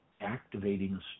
activating